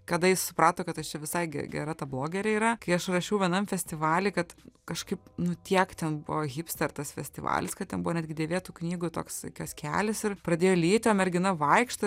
kada jis suprato kad aš čia visai ge gera ta blogerė yra kai aš rašiau vienam festivaly kad kažkaip nu tiek ten buvo hipster tas festivalis kad ten buvo netgi dėvėtų knygų toks kioskelis ir pradėjo lyti o mergina vaikšto